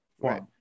Right